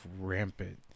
rampant